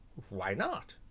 why not?